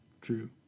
True